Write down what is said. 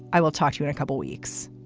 i will talk to you in a couple weeks